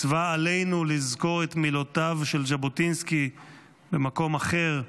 מצווה עלינו לזכור את מילותיו של ז'בוטינסקי במקום אחר,